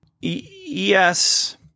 Yes